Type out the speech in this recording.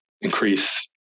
increase